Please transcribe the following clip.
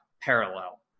parallel